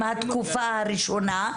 התקופה הראשונה.